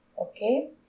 okay